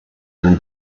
and